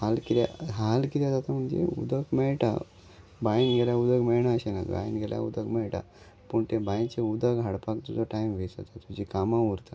हाल कित्याक हाल कित्याक जाता म्हणजे उदक मेळटा बांयन गेल्यार उदक मेळना अशें ना बांयन गेल्यार उदक मेळटा पूण तें बांयचें उदक हाडपाक तुजो टायम वेस्ट जाता तुजी कामां उरता